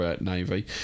navy